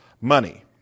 Money